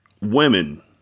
women